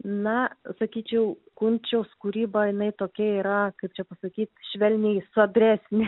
na sakyčiau kunčiaus kūryba jinai tokia yra kaip čia pasakyt švelniai sodresnė